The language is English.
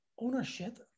ownership